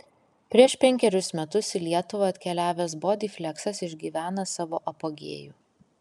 prieš penkerius metus į lietuvą atkeliavęs bodyfleksas išgyvena savo apogėjų